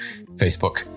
facebook